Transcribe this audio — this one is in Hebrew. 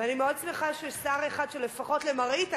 ואני מאוד שמחה שיש שר אחד שלפחות למראית,